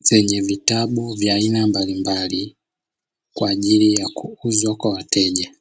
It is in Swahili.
zenye vitabu vya aina mbalimbali, kwa ajili ya kuuzwa kwa wateja.